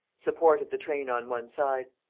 supported the train on one side.